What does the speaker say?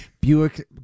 Buick